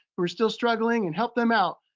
who are still struggling and help them out.